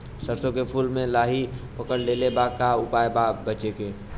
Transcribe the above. सरसों के फूल मे लाहि पकड़ ले ले बा का उपाय बा बचेके?